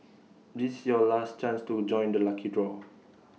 this's your last chance to join the lucky draw